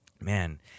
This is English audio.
Man